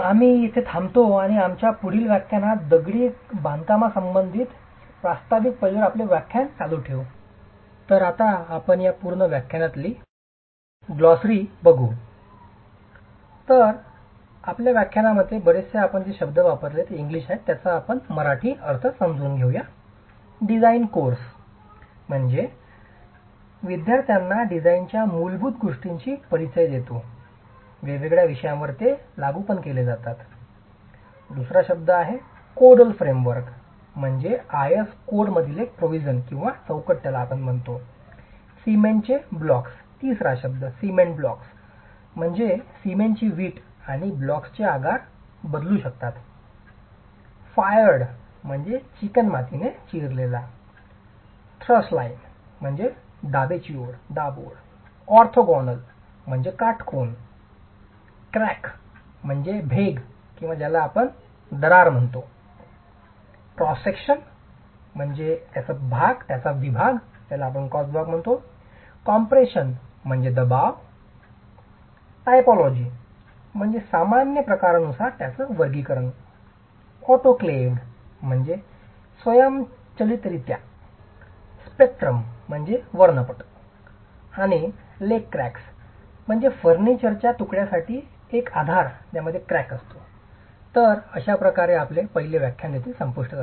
म्हणून आम्ही येथे थांबतो आणि आम्ही आमच्या पुढील व्याख्यानात दगडी बांधकाम संबंधित प्रास्ताविक पैलूंवर आपले व्याख्यान चालू थेवू